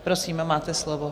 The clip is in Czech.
Prosím, máte slovo.